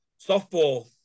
softball